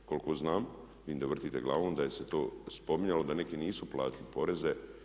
Koliko znam, vidim da vrtite glavom da se to spominjalo da neki nisu platili poreze.